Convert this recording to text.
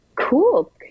cool